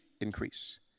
increase